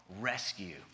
rescue